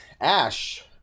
Ash